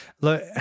Look